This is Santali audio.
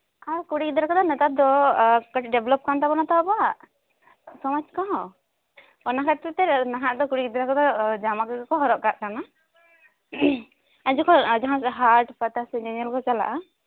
ᱟᱨ ᱠᱩᱲᱤ ᱜᱤᱫᱽᱨᱟᱹ ᱠᱚᱫᱚ ᱱᱮᱛᱟᱨ ᱫᱚ ᱠᱟᱹᱴᱤᱡ ᱰᱮᱵᱞᱚᱯ ᱠᱟᱱ ᱛᱟᱵᱚᱱᱟ ᱟᱵᱚᱣᱟᱜ ᱥᱚᱢᱟᱡ ᱠᱚᱦᱚᱸ ᱚᱱᱟ ᱠᱷᱟᱹᱛᱤᱨᱛᱮ ᱱᱟᱦᱟᱜ ᱫᱚ ᱠᱩᱲᱤ ᱜᱤᱫᱽᱨᱟᱹ ᱠᱚᱫᱚ ᱡᱟᱢᱟ ᱠᱚᱜᱮ ᱠᱚ ᱦᱚᱨᱚᱜ ᱠᱟᱜ ᱠᱟᱱᱟ ᱟᱨ ᱡᱚᱠᱷᱚᱱ ᱡᱟᱦᱟᱸ ᱥᱮᱡ ᱦᱟᱴ ᱯᱟᱛᱟ ᱧᱮᱧᱮᱞ ᱠᱚ ᱪᱟᱞᱟᱜᱼᱟ